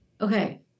okay